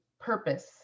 purpose